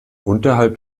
unterhalb